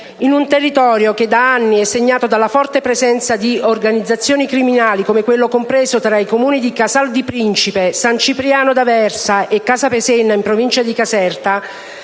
In un territorio che da anni è segnato dalla forte presenza di organizzazioni criminali, come quello compreso tra i Comuni di Casal di Principe, San Cipriano d'Aversa e Casapesenna, in provincia di Caserta,